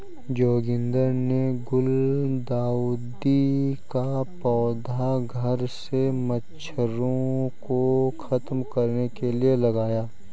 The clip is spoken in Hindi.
जोगिंदर ने गुलदाउदी का पौधा घर से मच्छरों को खत्म करने के लिए लगाया